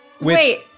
Wait